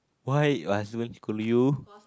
why your husband scold you